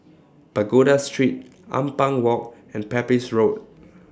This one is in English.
Pagoda Street Ampang Walk and Pepys Road